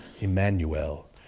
Emmanuel